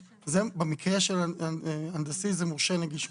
במקרה הנדסי, זה מורשה נגישות.